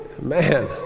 Man